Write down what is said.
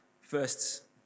first